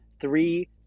three